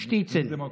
דמוקרטיה.